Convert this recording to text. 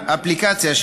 אפליקציה,